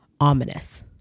ominous